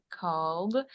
called